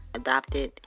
adopted